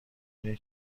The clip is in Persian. اینه